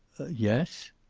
yes.